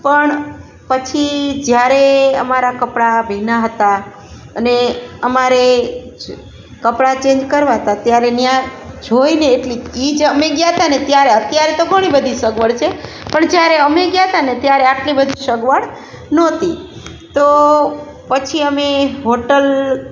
પણ પછી જ્યારે અમારા કપડાં ભીના હતાં અને અમારે જ કપડાં ચેન્જ કરવા હતા ત્યારે ત્યાં જોઈને એટલી એ જે અમે ગયાં હતાં ને ત્યારે અત્યારે તો ઘણીબધી સગવડ છે પણ જ્યારે અમે ગયા હતા ને ત્યારે આટલી બધી સગવડ નહોતી તો પછી અમે હોટલ